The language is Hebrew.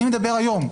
אני מדבר היום,